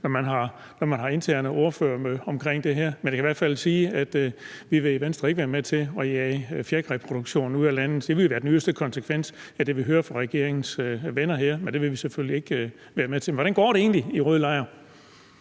når man har interne ordførermøder om det her. Men jeg kan i hvert fald sige, at vi i Venstre ikke vil være med til at jage fjerkræproduktionen ud af landet. Det ville være den yderste konsekvens af det, vi hører fra regeringens venner her, og det vil vi selvfølgelig ikke være med til. Men hvordan går det egentlig i rød lejr?